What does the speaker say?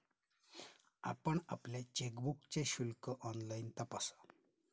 आपण आपल्या चेकबुकचे शुल्क ऑनलाइन तपासा